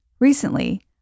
Recently